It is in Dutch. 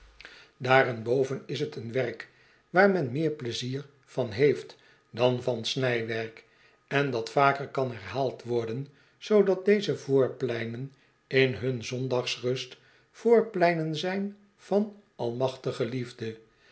daarenboven is t een werk waar men meer pleizier van heeft dan van snijwerk en dat vaker kan herhaald worden zoodat deze voorpleinen in hun zondagsrust voorpleinen zijn van almachtige liefde